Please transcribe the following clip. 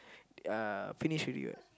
uh finish already [what]